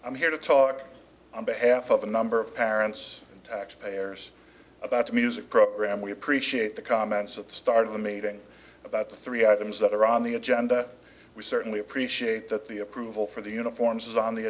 i'm here to talk on behalf of a number of parents taxpayers about music program we appreciate the comments at the start of the meeting about the three items that are on the agenda we certainly appreciate that the approval for the uniforms is on the